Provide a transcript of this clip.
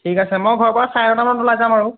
ঠিক আছে মই ঘৰৰপৰা চাৰে নটামানত ওলাই যাম আৰু